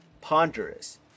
Ponderous